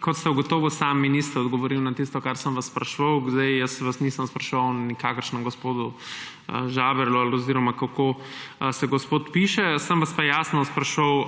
kot ste ugotovili sami, mi niste odgovorili na tisto, kar sem vas spraševal. Jaz vas nisem spraševal o nikakršnem gospodu Žaberlu ali kako se gospod piše, sem vas pa jasno spraševal,